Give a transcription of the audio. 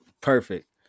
Perfect